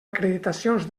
acreditacions